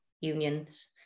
Unions